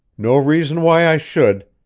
no reason why i should.